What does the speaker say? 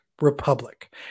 republic